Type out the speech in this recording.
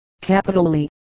capitally